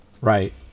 Right